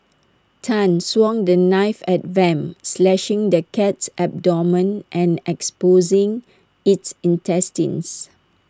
Tan swung the knife at Vamp slashing the cat's abdomen and exposing its intestines